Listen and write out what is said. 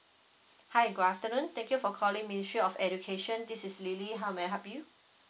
hi good afternoon thank you for calling ministry of education this is lily how may I help you